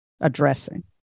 addressing